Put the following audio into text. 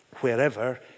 wherever